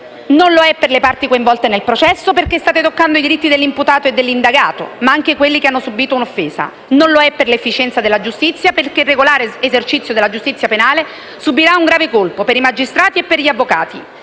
non lo è per le parti coinvolte nel processo, perché state toccando i diritti dell'imputato e dell'indagato, ma anche quelli delle persone che hanno subito l'offesa; non lo è per l'efficienza della giustizia, perché il regolare esercizio della giustizia penale subirà un grave colpo, per i magistrati e per gli avvocati.